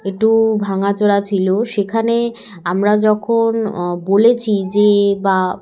একটু ভাঙাচোড়া ছিল সেখানে আমরা যখন বলেছি যে বা